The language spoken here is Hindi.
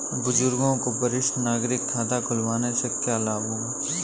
बुजुर्गों को वरिष्ठ नागरिक खाता खुलवाने से क्या लाभ होगा?